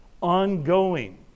ongoing